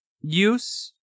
use